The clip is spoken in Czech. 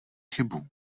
chybu